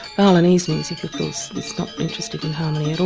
balinese music of course is not interested in harmony at all,